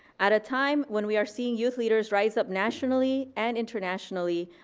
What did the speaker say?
at time when we are seeing youth leaders rise up nationally and internationally,